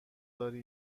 داری